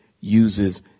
uses